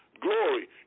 glory